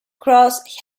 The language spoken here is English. cross